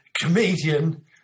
comedian